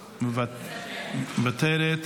מוותרת,